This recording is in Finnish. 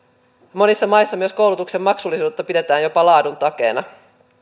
monissa maissa myös koulutuksen maksullisuutta pidetään jopa laadun takeena